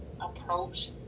approach